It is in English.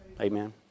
Amen